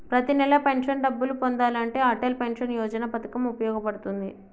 ప్రతి నెలా పెన్షన్ డబ్బులు పొందాలంటే అటల్ పెన్షన్ యోజన పథకం వుపయోగ పడుతుంది